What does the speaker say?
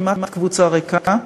כמעט קבוצה ריקה.